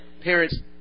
parents